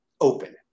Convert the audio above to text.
open